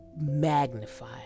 magnify